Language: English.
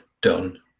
done